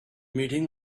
meeting